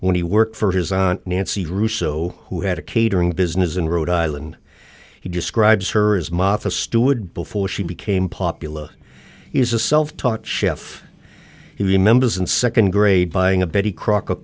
when he worked for his nancy russo who had a catering business in rhode island he describes her as maf a steward before she became popular is a self taught chef he remembers in second grade buying a betty crocker